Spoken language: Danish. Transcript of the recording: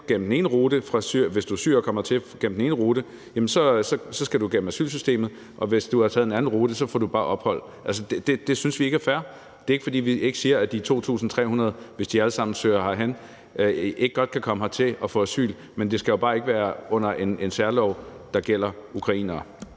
således at hvis du er syrer og kommer hertil gennem den ene rute, så skal du gennem asylsystemet, men hvis du har taget en anden rute, får du bare ophold. Det synes vi ikke er fair. Det er ikke, fordi vi ikke siger, at de 2.300, hvis de alle sammen søger herhen, ikke godt kan komme hertil og få asyl, men det skal jo bare ikke være under en særlov, der gælder for ukrainere.